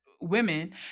women